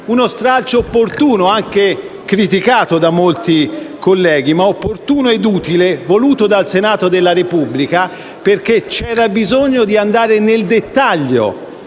Uno stralcio, benché criticato da molti colleghi, opportuno e utile, voluto dal Senato della Repubblica perché c'era bisogno di andare nel dettaglio